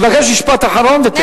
אני מבקש משפט אחרון, ותרדי.